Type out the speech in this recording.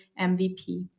MVP